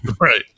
right